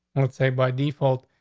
let's say, by default,